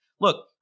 Look